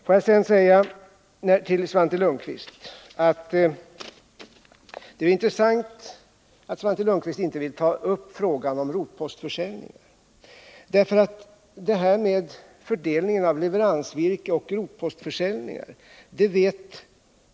Får jag sedan säga till Svante Lundkvist att det är intressant att han inte vill ta upp frågan om fördelningen mellan leveransvirke och rotposter.